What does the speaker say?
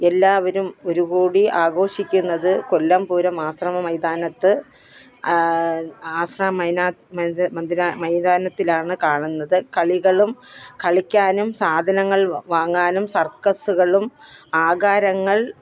എല്ലാവരും ഒരു കോടി ആഘോഷിക്കുന്നത് കൊല്ലം പൂരം ആശ്രമം മൈതാനത്ത് ആശ്രമ മൈനാ ഇത് മന്ദിര മൈതാനത്തിലാണ് കാണുന്നത് കളികളും കളിക്കാനും സാധനങ്ങൾ വാങ്ങാനും സർക്കസ്സുകളും ആകാരങ്ങൾ